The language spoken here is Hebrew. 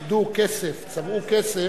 ייחדו כסף, צבעו כסף,